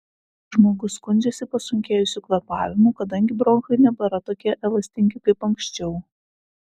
žmogus skundžiasi pasunkėjusiu kvėpavimu kadangi bronchai nebėra tokie elastingi kaip anksčiau